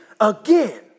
again